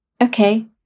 Okay